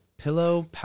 Pillow